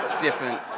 different